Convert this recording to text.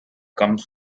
comes